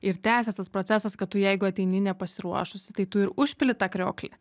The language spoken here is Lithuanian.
ir tęsias tas procesas kad tu jeigu ateini nepasiruošusi tai tu ir užpili tą krioklį